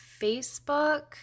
Facebook